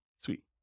Sweet